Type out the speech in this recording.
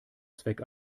zweck